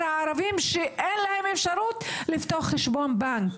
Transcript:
הערבים שאין להם אפשרות לפתוח חשבון בנק.